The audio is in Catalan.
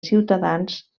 ciutadans